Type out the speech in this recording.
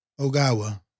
Ogawa